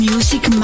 Music